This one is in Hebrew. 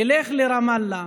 ילכו לרמאללה,